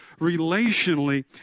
relationally